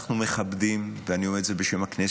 אנחנו מכבדים, ואני אומר את זה בשם הכנסת,